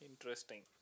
Interesting